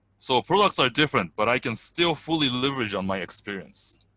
so products are different, but i can still fully leverage on my experience.